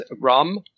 Rum